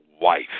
wife